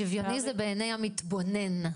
שוויוני זה בעיני המתבונן.